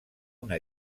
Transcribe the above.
una